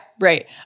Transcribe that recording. right